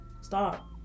stop